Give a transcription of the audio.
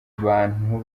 bantu